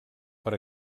per